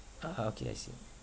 ah okay I see